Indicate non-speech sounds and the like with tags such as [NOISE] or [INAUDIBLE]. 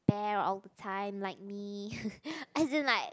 ~pair all the time like me [LAUGHS] as in like